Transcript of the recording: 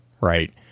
right